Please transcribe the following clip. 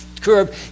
curb